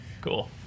Cool